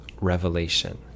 revelation